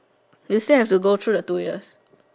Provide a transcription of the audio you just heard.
still have to go through the two years